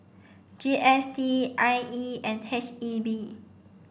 G S T I E and H E B